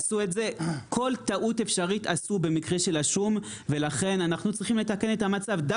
עשו כל טעות אפשרית במקרה של השום ולכן אנחנו צריכים לתקן את המצב.